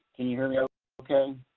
can you hear me ah okay?